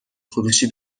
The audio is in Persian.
فروشی